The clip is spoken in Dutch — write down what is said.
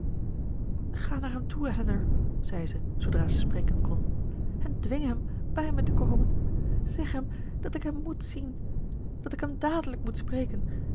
ga naar hem toe elinor zei zij zoodra ze spreken kon en dwing hem bij mij te komen zeg hem dat ik hem moet zien dat ik hem dadelijk moet spreken